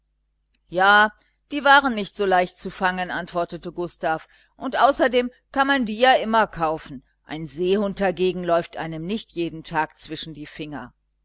ja die waren nicht so leicht zu fangen antwortete gustav und außerdem kann man die ja immer kaufen ein seehund dagegen läuft einem nicht jeden tag zwischen die finger